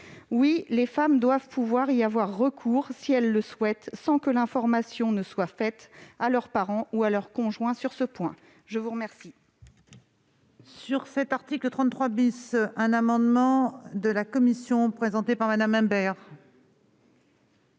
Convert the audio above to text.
Oui, les femmes doivent pouvoir y avoir recours si elles le souhaitent, sans que l'information ne soit révélée à leurs parents ou à leur conjoint ! L'amendement